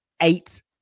Eight